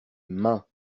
mains